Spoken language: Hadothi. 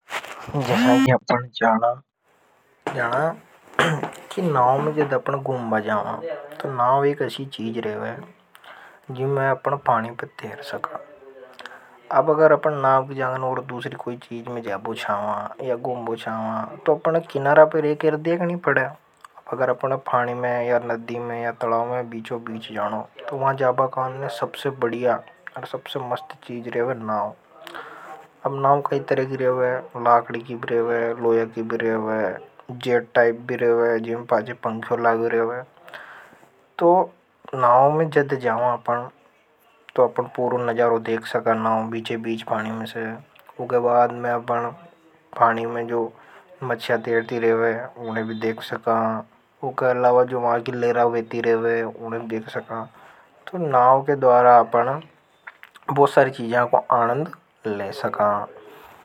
जसा की अपन जाना कि नाव में जद अपने गुम्बा जावा तो नाव एक ऐसी चीज रेवे जिमैं अपन पानी पर तेर सका। अब अगर अपने नाव का जागणे और दूसरी कोई चीज़ में जाबो छावा। या गुम बो छावा तो अपने किनारा पर रह केर देखनेपड़े। अगर अपने फानी में या नदी में या तलाव में बीचो बीच जानो। तो वहाँ जाबा कान ने सबसे बढ़िया और सबसे मस्त चीज रहे रेवे ना। अब नाव काई तरह की रेवे लाकडी की भी रेवे लोया की भी रेवे। जेट टाइप भी रहे हुए जिम पाजे पंख्यों लाग रहे हुए। तो नाव में जद जाओं अपन तो अपन पूरु नजारों देख सका नाव बीचे बीच पानी में से उके बाद में अपन पानी में जो मच्चा तेरती रहे हैं उने भी देख सका ऊके अलावा जो वहा की तो नाव के द्वारा अपन। नाव के द्वारा आपना बहुत सारी चीज़ां को आनंद ले सका।